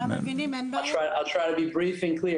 להלן תרגומם): אני אנסה להיות קצר וברור.